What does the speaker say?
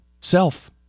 self